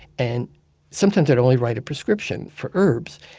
and sometimes i'd only write a prescription for herbs.